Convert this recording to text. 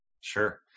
Sure